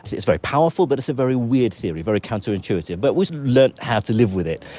it's very powerful but it's a very weird theory, very counterintuitive, but we've learned how to live with it.